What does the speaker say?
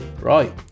Right